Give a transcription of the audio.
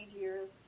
years